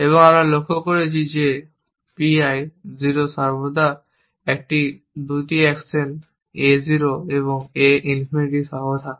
এবং আমরা লক্ষ্য করেছি যে pi 0 সর্বদা একটি 2 অ্যাকশন A 0 এবং A ইনফিনিটি সহ থাকে